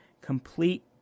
Complete